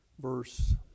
verse